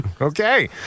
okay